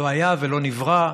לא היה ולא נברא.